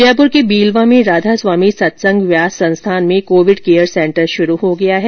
जयपुर के बीलवा में राधास्वामी सत्संग व्यास संस्थान में कोविड केयर सेन्टर शुरू हो गया है